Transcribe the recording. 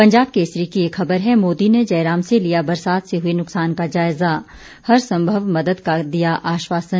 पंजाब केसरी की एक खबर है मोदी ने जयराम से लिया बरसात से हुए नुकसान का जायजा हरसंभव मदद का दिया आश्वासन